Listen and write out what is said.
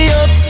up